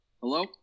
Hello